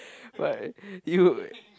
what you